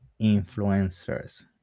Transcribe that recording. influencers